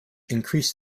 increase